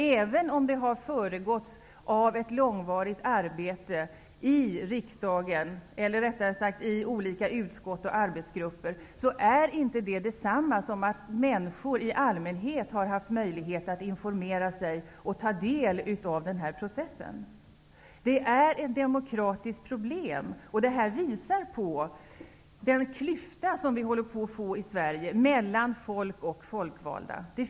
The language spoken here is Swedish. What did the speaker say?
Även om frågan har föregåtts av ett långvarigt arbete i riksdagen, eller rättare sagt i olika utskott och arbetsgrupper, är det inte detsamma som att människor i allmänhet har haft möjlighet att informera sig och att ta del av denna process. Det här är ett demokratiskt problem, och det här visar på den klyfta som håller på att skapas i Sverige mellan folk och folkvalda.